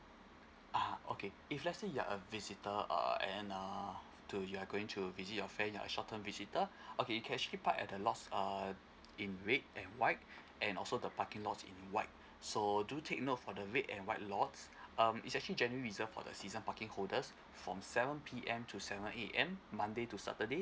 ah okay if let's say you are a visitor err and err to you are going to visit your friend you're a short term visitor okay you can actually park at the lots err in red and white and also the parking lots in white so do take note for the red and white lots um is actually genuine reserved for the season parking holders from seven P_M to seven A_M monday to saturday